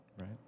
right